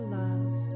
love